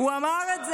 הוא אמר את זה,